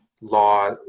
law